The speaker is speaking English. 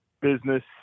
business